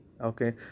Okay